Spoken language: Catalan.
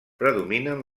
predominen